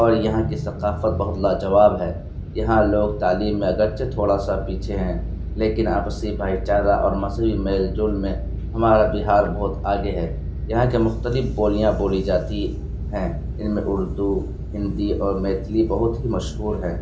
اور یہاں کی ثقافت بہت لاجواب ہے یہاں لوگ تعلیم میں اگرچہ تھوڑا سا پیچھے ہیں لیکن آپسی بھائی چارہ اور مذہبی میل جول میں ہمارا بہار بہت آگے ہے یہاں کی مختلف بولیاں بولی جاتی ہیں ان میں اردو ہندی اور میتھلی بہت ہی مشہور ہیں